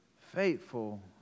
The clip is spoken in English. faithful